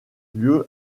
lieu